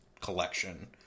collection